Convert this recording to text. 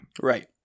Right